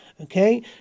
Okay